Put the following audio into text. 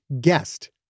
guest